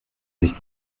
sich